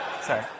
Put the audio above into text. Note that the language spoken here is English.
Sorry